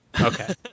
Okay